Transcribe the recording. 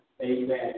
Amen